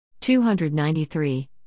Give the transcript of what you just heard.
293